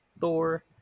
Thor